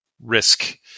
risk